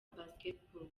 basketball